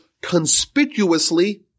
conspicuously